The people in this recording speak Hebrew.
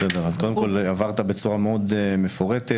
קודם כל, עברת בצורה מאוד מפורטת.